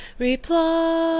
reply,